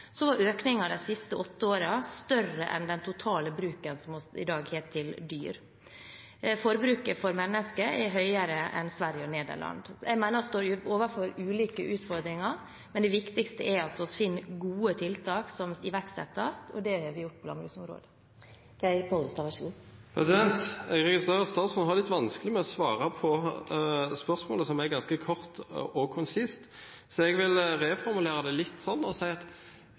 var økningen de siste åtte årene større enn den totale bruken som vi i dag har til dyr. Forbruket for mennesker er høyere enn i Sverige og Nederland. Jeg mener vi står overfor ulike utfordringer, men det viktigste er at vi finner gode tiltak som iverksettes, og det har vi gjort på landbruksområdet. Jeg registrerer at statsråden har litt vanskelig med å svare på spørsmålet, som er ganske kort og konsist, så jeg vil reformulere det litt og si: Har Bent Høie dekning for det han har sagt i Stortingets europautvalg, nemlig at